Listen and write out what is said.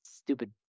stupid